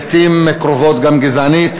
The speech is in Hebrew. ולעתים קרובות גם גזענית,